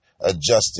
adjusted